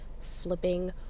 flipping